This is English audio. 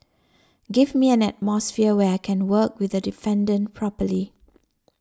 give me an atmosphere where I can work with the defendant properly